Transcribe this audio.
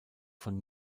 von